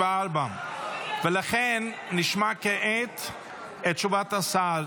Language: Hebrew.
הכנסת ------ חברת הכנסת שטרית,